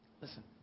Listen